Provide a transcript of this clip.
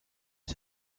and